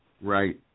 Right